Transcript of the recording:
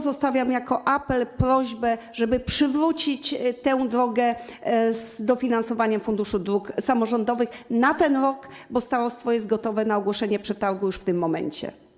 Zostawiam apel, prośbę, żeby przywrócić tę drogę z dofinansowaniem z Funduszu Dróg Samorządowych na ten rok, bo starostwo jest gotowe na ogłoszenie przetargu już w tym momencie.